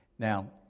Now